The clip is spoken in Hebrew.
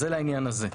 אז זה לעניין הזה.